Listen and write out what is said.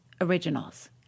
Originals